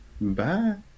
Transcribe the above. bye